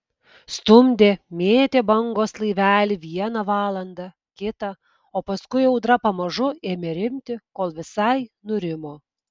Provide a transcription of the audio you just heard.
stumdė mėtė bangos laivelį vieną valandą kitą o paskui audra pamažu ėmė rimti kol visai nurimo